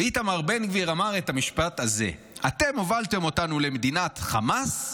ואיתמר בן גביר אמר את המשפט הזה: אתם הובלתם אותנו למדינת חמאס,